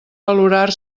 valorar